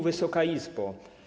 Wysoka Izbo!